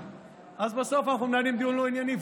אז בסוף אנחנו מנהלים דיון לא ענייני,